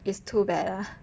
it's too bad ah